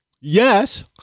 yes